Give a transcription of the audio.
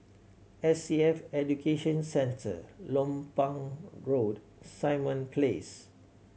S A F Education Centre Lompang Road Simon Place